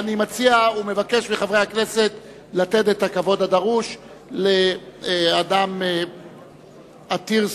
אני מציע ומבקש מחברי הכנסת לתת את הכבוד הראוי לאדם עתיר זכויות.